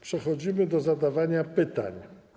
Przechodzimy do zadawania pytań.